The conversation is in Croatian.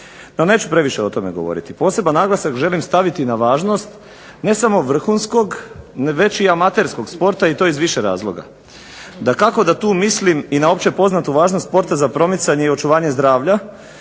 neću previše o tome govoriti. Poseban naglasak želim staviti na važnost ne samo vrhunskog, već i amaterskog sporta i to iz više razloga. Dakako, da tu mislim i na opće poznatu važnost sporta za promicanje i očuvanje zdravlja